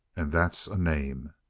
and that's a name!